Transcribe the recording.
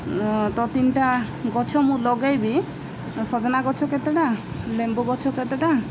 ତ ତିନିଟା ଗଛ ମୁଁ ଲଗେଇବି ସଜନା ଗଛ କେତେଟା ଲେମ୍ବୁ ଗଛ କେତେଟା